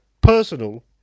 personal